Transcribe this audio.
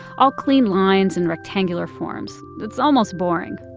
all clean lines and rectangular forms. it's almost boring.